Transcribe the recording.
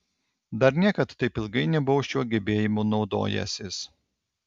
dar niekad taip ilgai nebuvau šiuo gebėjimu naudojęsis